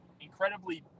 incredibly